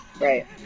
Right